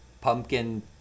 pumpkin